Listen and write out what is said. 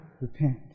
repent